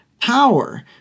power